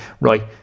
right